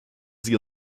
sie